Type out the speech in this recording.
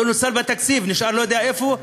לא נוצל בתקציב, נשאר, לא יודע איפה הוא.